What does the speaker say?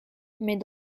mais